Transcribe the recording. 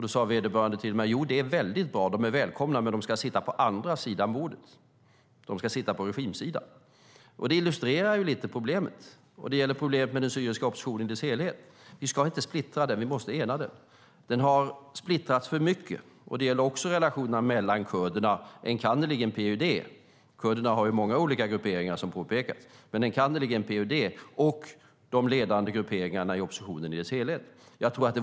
Då svarade vederbörande att det vore väldigt bra och att de var välkomna, men att de skulle sitta på andra sidan bordet, på regimsidan. Detta illustrerar problemet med den syriska oppositionen i dess helhet. Vi ska inte splittra den, vi måste ena den. Den har splittrats för mycket. Det gäller också relationerna mellan kurderna, enkannerligen PYD - kurderna har många olika grupperingar, som påpekats - och de ledande grupperingarna i oppositionen i dess helhet.